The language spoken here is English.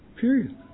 Period